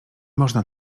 można